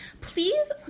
please